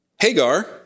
Hagar